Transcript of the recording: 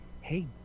hey